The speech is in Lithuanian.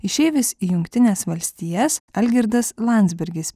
išeivis į jungtines valstijas algirdas landsbergis